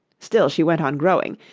still she went on growing,